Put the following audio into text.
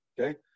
Okay